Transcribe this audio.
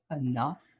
enough